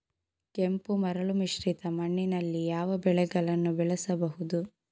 ಕೆಂಪು ಮರಳು ಮಿಶ್ರಿತ ಮಣ್ಣಿನಲ್ಲಿ ಯಾವ ಬೆಳೆಗಳನ್ನು ಬೆಳೆಸಬಹುದು?